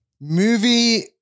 Movie